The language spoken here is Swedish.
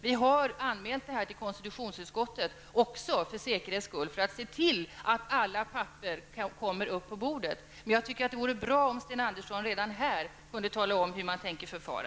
Vänsterpartiet har för säkerhets skull också anmält denna fråga till konstitutionsutskottet för se till att alla papper kommer upp på bordet. Det vore bra om Sten Andersson redan här kunde tala om hur man tänker förfara.